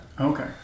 Okay